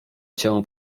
się